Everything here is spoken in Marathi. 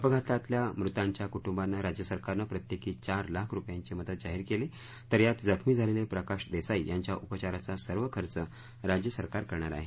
अपघातातल्या मृतांच्या कुटुंबांना राज्य सरकारनं प्रत्येकी चार लाख रूपयांची मदत जाहीर केली आहे तर यात जखमी झालेले प्रकाश देसाई यांच्या उपचाराचा सर्व खर्च राज्य सरकार करणार आहे